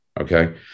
Okay